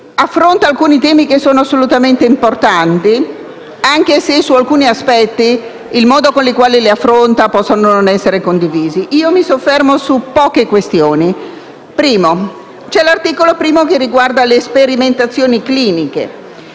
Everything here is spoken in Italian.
affronta alcuni temi che sono assolutamente importanti, anche se su alcuni aspetti il modo con il quale li affronta possono non essere condivisi. Mi soffermo su poche questioni. L'articolo 1 riguarda le sperimentazioni cliniche,